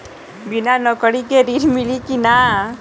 बिना नौकरी के ऋण मिली कि ना?